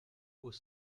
aux